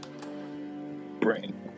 Brain